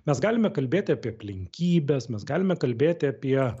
mes galime kalbėti apie aplinkybes mes galime kalbėti apie